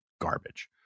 garbage